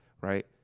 right